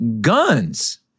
guns